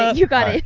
you got it!